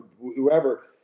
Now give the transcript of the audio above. whoever